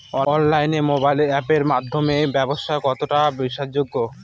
অনলাইনে মোবাইল আপের মাধ্যমে ব্যাবসা করা কতটা বিশ্বাসযোগ্য?